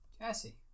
Jesse